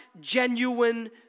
genuine